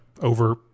over